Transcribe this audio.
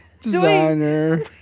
designer